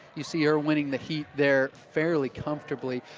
you see her winning the heat there fairly comfortably.